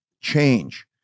change